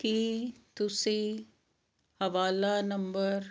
ਕੀ ਤੁਸੀਂ ਹਵਾਲਾ ਨੰਬਰ